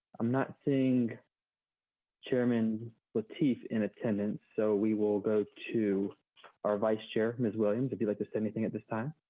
i'm not seeing chairman lateef in attendance, so we will go to our vice chair, ms. williams, if you'd like to say anything at this time.